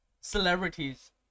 celebrities